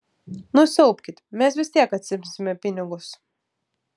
nusiaubkit mes vis tiek atsiimsime pinigus